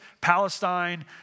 Palestine